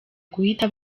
guhita